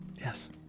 Yes